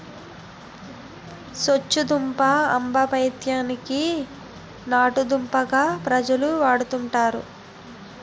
సొచ్చుదుంప ఆంబపైత్యం కి నాటుమందుగా ప్రజలు వాడుతుంటారు